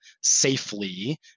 safely